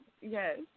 Yes